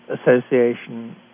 association